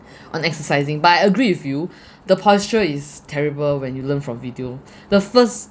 on exercising but I agree with you the posture is terrible when you learn from video the first